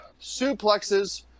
suplexes